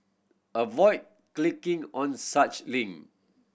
avoid clicking on such link